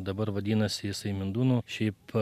dabar vadinasi jisai mindūnų šiaip